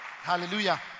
Hallelujah